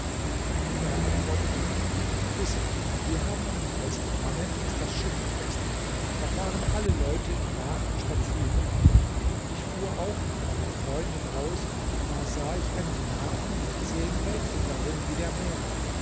er antwortete wisse wir haben ein fest man nennt es das schifferfest da fahren alle leute im nachen spazieren ich fuhr auch mit meinen freunden aus da sah ich einen nachen mit zehn mädchen darin wie der mond